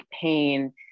pain